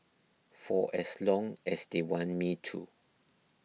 for as long as they want me to